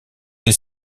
des